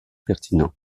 pertinents